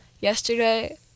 Yesterday